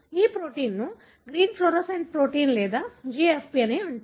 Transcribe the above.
ఈ ప్రోటీన్ను green fluorescent protein లేదా GFP అంటారు